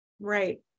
right